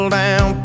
down